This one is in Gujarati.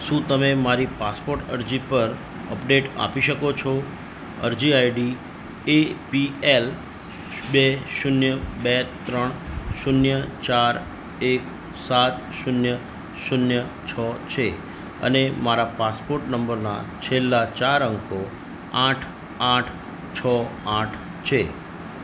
શું તમે મારી પાસપોર્ટ અરજી પર અપડેટ આપી શકો છો અરજી આઈડી એપીએલ બે શૂન્ય બે ત્રણ શૂન્ય ચાર એક સાત શૂન્ય શૂન્ય છ છે અને મારા પાસપોર્ટ નંબરના છેલ્લાં ચાર અંકો આઠ આઠ છ આઠ છે